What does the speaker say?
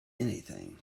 anything